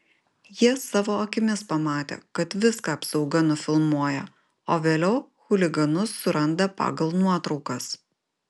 jie savo akimis pamatė kad viską apsauga nufilmuoja o vėliau chuliganus suranda pagal nuotraukas